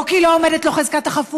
לא כי לא עומדת לו חזקת החפות,